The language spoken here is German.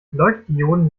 leuchtdioden